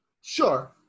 Sure